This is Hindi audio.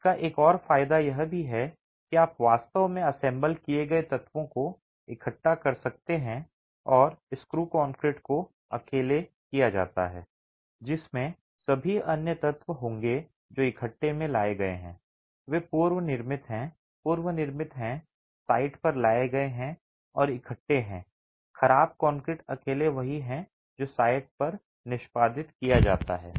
इसका एक और फायदा यह भी है कि आप वास्तव में असेंबल किए गए तत्वों को इकट्ठा कर सकते हैं और स्क्रू कंक्रीट को अकेले किया जाता है जिसमें सभी अन्य तत्व होंगे जो इकट्ठे में लाए गए हैं वे पूर्वनिर्मित हैं पूर्वनिर्मित हैं साइट पर लाए गए हैं और इकट्ठे हैं और खराब कंक्रीट अकेले वही है जो साइट पर निष्पादित किया जाता है